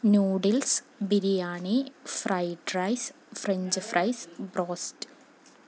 noodles biryani fried rice French fries broast